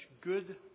good